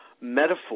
metaphor